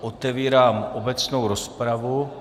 Otevírám obecnou rozpravu.